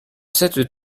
cette